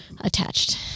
attached